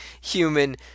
human